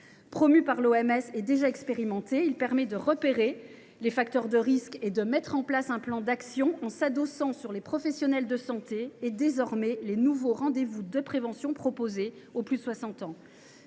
de la santé (OMS) et déjà expérimenté, il permet de repérer les facteurs de risque et de mettre en place un plan d’action, en s’adossant aux professionnels de santé et, désormais, aux nouveaux rendez vous de prévention proposés aux plus de 60 ans.